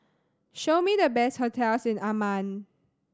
show me the best hotels in Amman